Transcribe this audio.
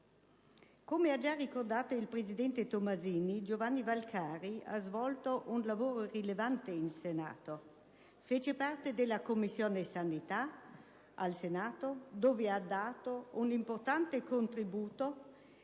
Come ha già ricordato il presidente Tomassini, Giovanni Valcavi ha svolto un lavoro rilevante in Senato: fece parte della Commissione sanità, dove ha dato un importante contributo